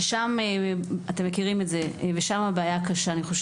שבהם יש בעיה קשה.